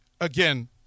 Again